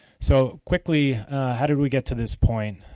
so quickly how do do we get to this point?